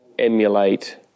emulate